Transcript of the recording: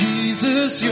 Jesus